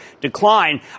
decline